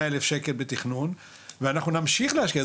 אלף שקל בתכנון ואנחנו נמשיך להשקיע.